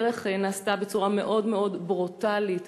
הדבר נעשה בצורה מאוד מאוד ברוטלית.